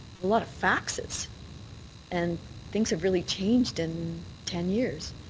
a lot of faxes and things have really changed in ten years.